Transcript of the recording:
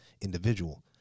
individual